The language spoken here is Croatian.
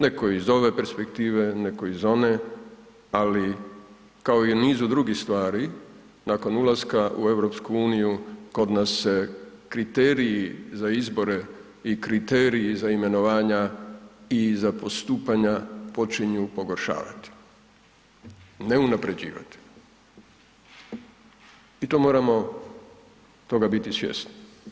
Netko iz ove perspektive, netko iz one, ali kao i nizu drugih stvari, nakon ulaska u EU, kod nas se kriteriji za izbore i kriteriji za imenovanja i za postupanja počinju pogoršavati, ne unaprjeđivati i to moramo toga biti svjesni.